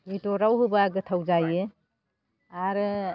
बेदराव होबा गोथाव जायो आरो